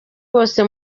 hose